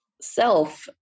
self